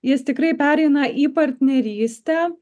jis tikrai pereina į partnerystę